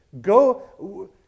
Go